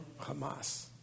Hamas